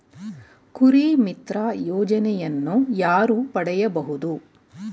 ಕುರಿಮಿತ್ರ ಯೋಜನೆಯನ್ನು ಯಾರು ಪಡೆಯಬಹುದು?